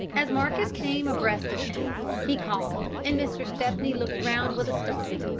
as marcus came abreast of him he called and mr. stepney looked round with a start.